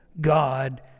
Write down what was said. God